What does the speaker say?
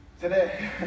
Today